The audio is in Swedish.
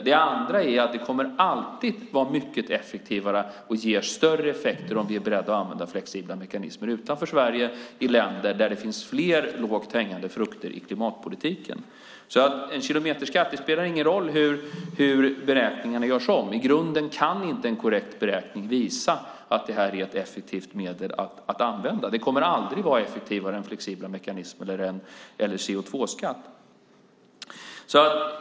Det kommer också alltid att vara mycket effektivare och ge större effekter om vi är beredda att använda flexibla mekanismer utanför Sverige i länder där det finns fler lågt hängande frukter i klimatpolitiken. Det spelar ingen roll hur beräkningarna görs om för en kilometerskatt. I grunden kan inte en korrekt beräkning visa att detta är ett effektivt medel att använda. Det kommer aldrig att vara effektivare än flexibla mekanismer eller en CO2-skatt.